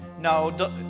No